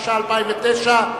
התש"ע 2010,